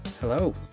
Hello